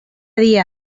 dia